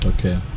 Okay